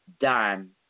dime